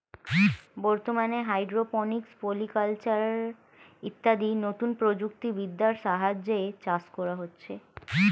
বর্তমানে hydroponics, polyculture ইত্যাদি নতুন প্রযুক্তি বিদ্যার সাহায্যে চাষ করা হচ্ছে